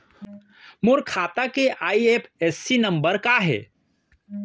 मोर खाता के IFSC number का हे?